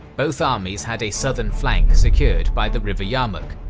both armies had a southern flank secured by the river yarmouk,